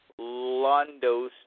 Londos